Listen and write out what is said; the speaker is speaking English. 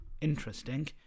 interesting